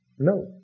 No